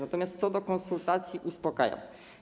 Natomiast co do konsultacji, uspokajam.